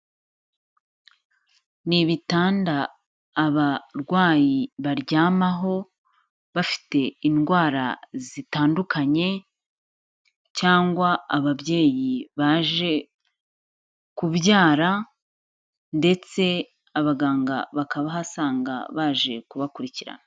Ni ibitanda abarwayi baryamaho, bafite indwara zitandukanye, cyangwa ababyeyi baje kubyara, ndetse abaganga bakabahasanga, baje kubakurikirana.